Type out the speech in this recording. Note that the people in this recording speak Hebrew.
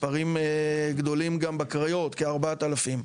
מספרים גדולים גם בקריות, כ-4,000.